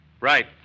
Right